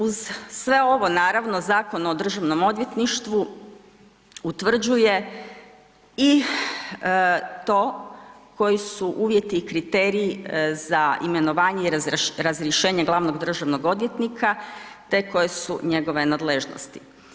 Uz sve ovo, naravno Zakon o Državnom odvjetništvu utvrđuje i to koji su uvjeti i kriteriji za imenovanje i razrješenje glavnog državnog odvjetnika te koje su njegove nadležnosti.